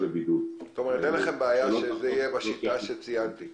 זאת אומרת שאין לכם בעיה שזה יהיה בשיטה שציינתי,